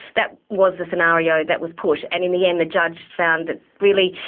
that was the scenario that was put, and in the end the judge found that really,